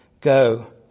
go